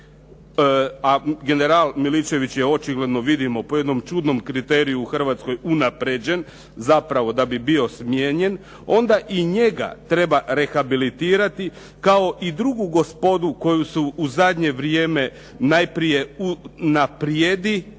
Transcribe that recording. a general Miličević je očigledno vidimo po jednom čudnom kriteriju u Hrvatskoj unaprijeđen zapravo da bi bio smijenjen, onda i njega treba rehabilitirati kao i drugu gospodu koju su u zadnje vrijeme najprije unaprijedi,